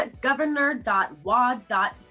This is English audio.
governor.wa.gov